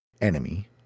enemy